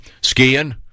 skiing